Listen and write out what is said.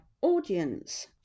audience